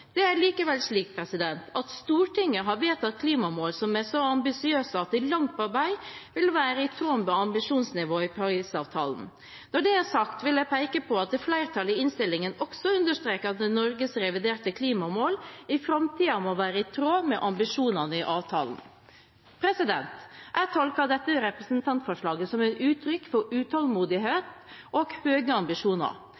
Det er likevel slik at Stortinget har vedtatt klimamål som er så ambisiøse at de langt på vei vil være i tråd med ambisjonsnivået i Paris-avtalen. Når det er sagt, vil jeg peke på at flertallet i innstillingen også understreker at Norges reviderte klimamål i framtiden må være i tråd med ambisjonene i avtalen. Jeg tolker dette representantforslaget som et uttrykk for